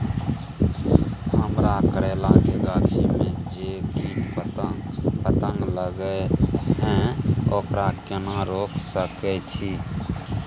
हमरा करैला के गाछी में जै कीट पतंग लगे हैं ओकरा केना रोक सके छी?